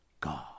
God